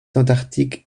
antarctique